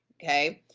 okay?